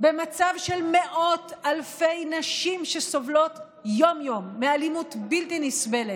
במצב שמאות אלפי נשים סובלות יום-יום מאלימות בלתי נסבלת,